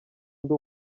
ndi